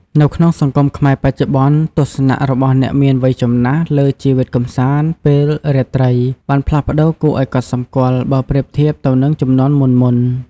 នៅក្នុងសង្គមខ្មែរបច្ចុប្បន្ន ទស្សនៈរបស់អ្នកមានវ័យចំណាស់លើជីវិតកម្សាន្តពេលរាត្រីបានផ្លាស់ប្ដូរគួរឱ្យកត់សម្គាល់ បើប្រៀបធៀបទៅនឹងជំនាន់មុនៗ។